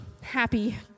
happy